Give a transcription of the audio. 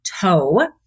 toe